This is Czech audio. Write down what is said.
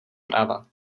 práva